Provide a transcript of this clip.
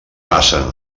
passen